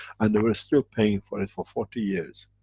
and they were still paying for it, for forty years.